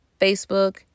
Facebook